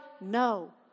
No